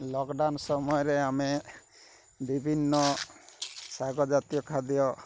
lockdown ସମୟରେ ଆମେ ବିଭିନ୍ନ ଶାଗଜାତୀୟ ଖାଦ୍ୟ